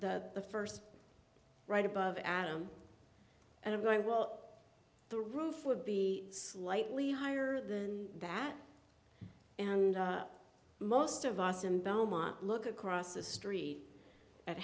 the first right above atom and i'm going well the roof would be slightly higher than that and most of us in belmont look across the street at